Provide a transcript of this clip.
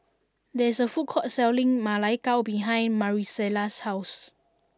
there is a food court selling Ma Lai Gao behind Marisela's house